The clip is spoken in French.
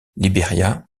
liberia